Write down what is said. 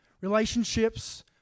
Relationships